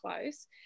close